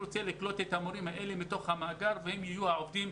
רוצה לקלוט את המורים האלה מתוך המאגר והם יהיו העובדים.